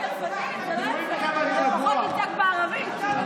אתם רואים כמה אני רגוע.